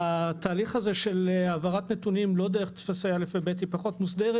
התהליך הזה של העברת נתונים לא דרך טפסי א' וב' היא פחות מוסדרת.